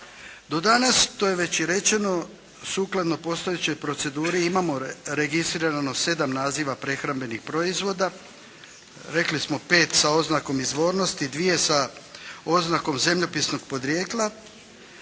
Do danas to je već i rečeno, sukladno postojećoj proceduri imamo registrirano sedam naziva prehrambenih proizvoda, rekli smo pet sa oznakom izvornosti, dvije sa oznakom zemljopisnog podrijetla.